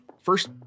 First